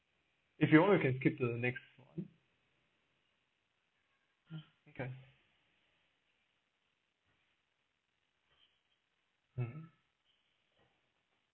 if you want you can keep to the next okay um